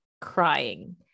crying